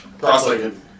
cross-legged